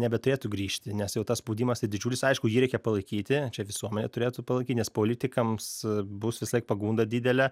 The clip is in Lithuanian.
nebeturėtų grįžti nes jau tas spaudimas didžiulis aišku jį reikia palaikyti čia visuomenė turėtų palaikyt nes politikams bus visąlaik pagunda didelė